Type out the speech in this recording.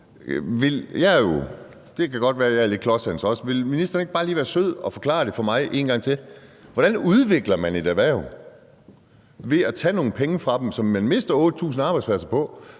Vil ministeren ikke bare lige være sød at forklare det for mig en gang til? Hvordan udvikler man et erhverv ved at tage nogle penge fra dem, som de mister 8.000 arbejdspladser på,